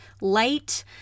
light